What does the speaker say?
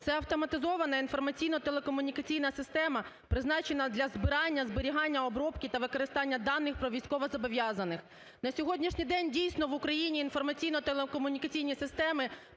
це "автоматизована інформаційно-телекомунікаційна система призначена для збирання і зберігання обробки та використання даних про військовозобов’язаних". На сьогоднішній день дійсно в Україні інформаційно-телекомунікаційні системи